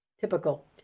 typical